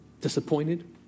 Disappointed